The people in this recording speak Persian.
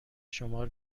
شمار